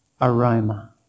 aroma